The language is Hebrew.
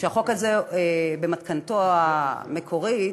החוק הזה, במתכונתו המקורית,